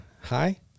Hi